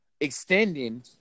extending